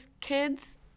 kids